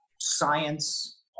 science